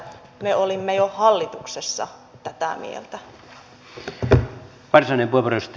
me olimme jo hallituksessa tätä mieltä